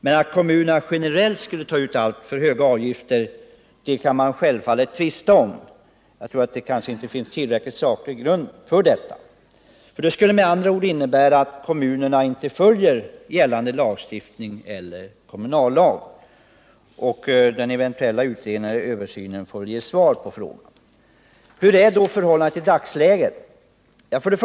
Men att kommunerna generellt skulle ta ut alltför höga avgifter kan man självfallet tvista om. Jag tror knappast att det finns saklig grund för ett sådant påstående. Det skulle ju innebära att kommunerna inte följer gällande lagstiftning på området eller kommunallagen. En eventuell utredning eller översyn får väl ge svar på frågan. Hur är förhållandena i dagsläget?